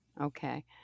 Okay